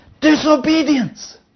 Disobedience